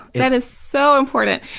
that is so important.